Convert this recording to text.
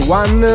one